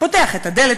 פותח את הדלת,